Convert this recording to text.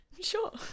Sure